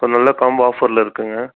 இப்போ நல்ல காம்போ ஆஃபரில் இருக்குதுங்க